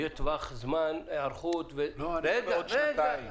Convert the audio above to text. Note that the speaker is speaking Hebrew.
יהיה טווח זמן היערכות --- אני מדבר על עוד שנתיים.